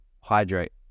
hydrate